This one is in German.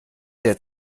der